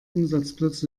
umsatzplus